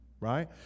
right